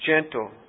gentle